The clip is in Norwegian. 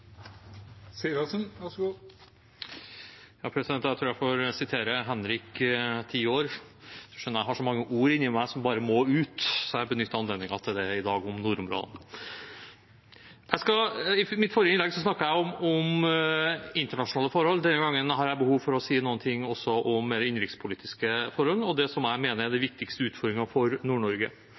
Jeg tror jeg får sitere Henrik, 10 år: Du skjønner, jeg har så mange ord inni meg som bare må ut. Så jeg benytter anledningen til det i dag, om nordområdene. I mitt forrige innlegg snakket jeg om internasjonale forhold. Denne gangen har jeg behov for å si noen ting også om innenrikspolitiske forhold, og det som jeg mener er den viktigste utfordringen for